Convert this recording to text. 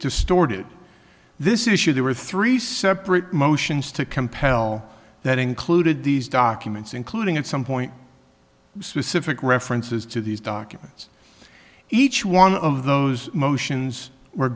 distorted this issue there were three separate motions to compel that included these documents including at some point specific references to these documents each one of those motions